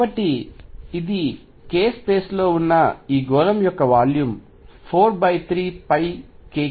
కాబట్టి ఇది k space లో ఉన్న ఈ గోళం యొక్క వాల్యూమ్ 43kF3 అవుతుంది